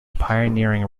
pioneering